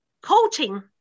coaching